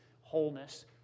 wholeness